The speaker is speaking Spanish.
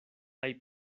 hay